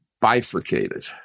bifurcated